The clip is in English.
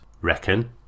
reckon